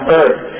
earth